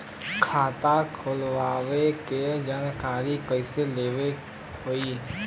खाता खोलवावे के जानकारी कैसे लेवे के होई?